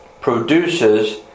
produces